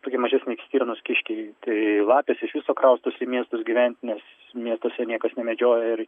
tokie mažesni stirnos kiškiai tai lapės iš viso kraustosi į miestus gyvent nes miestuose niekas nemedžioja ir